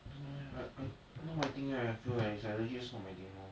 I don't know leh like I not my thing eh I feel like it's like legit it's not my thing lor